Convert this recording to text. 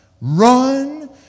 run